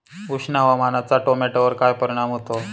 उष्ण हवामानाचा टोमॅटोवर काय परिणाम होतो?